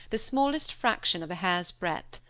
the smallest fraction of a hair's breadth.